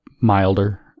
milder